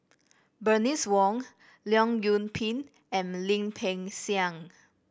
Bernice Wong Leong Yoon Pin and Lim Peng Siang